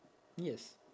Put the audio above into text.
yes